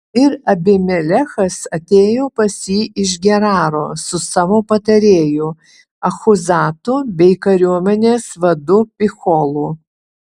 ir abimelechas atėjo pas jį iš geraro su savo patarėju achuzatu bei kariuomenės vadu picholu